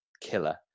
killer